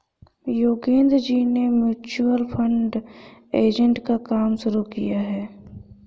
योगेंद्र जी ने mutual fund agent का काम शुरू किया है